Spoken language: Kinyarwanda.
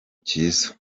cyiza